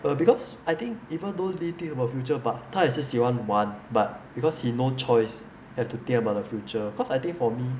err because I think even though lee thinks about future but 他也是喜欢玩 but because he no choice have to think about the future because I think for me